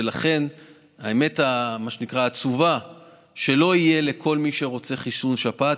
ולכן מה שנקרא האמת העצובה היא שלא יהיה לכל מי שרוצה חיסון שפעת,